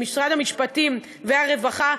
למשרד המשפטים ולמשרד הרווחה,